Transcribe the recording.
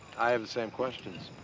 i have the same questions,